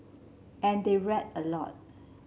and they read a lot